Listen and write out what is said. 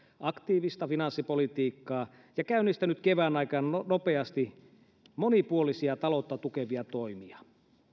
aktiivista finanssipolitiikkaa ja käynnistänyt kevään aikana nopeasti monipuolisia taloutta tukevia toimia